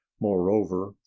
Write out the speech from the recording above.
moreover